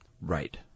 Right